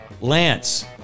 Lance